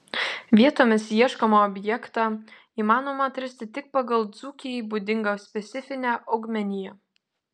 vietomis ieškomą objektą įmanoma atrasti tik pagal dzūkijai būdingą specifinę augmeniją